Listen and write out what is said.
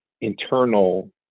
internal